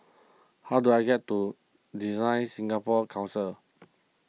how do I get to DesignSingapore Council